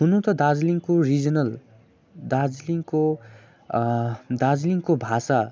हुनु त दार्जिलिङको रिजनल दार्जिलिङको दार्जिलिङको भाषा